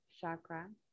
chakra